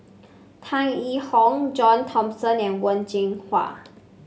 Tan Yee Hong John Thomson and Wen Jinhua